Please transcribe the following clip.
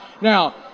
Now